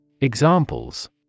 Examples